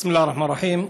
בסם אללה א-רחמאן א-רחים.